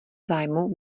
zájmu